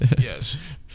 yes